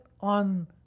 on